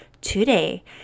today